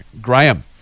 Graham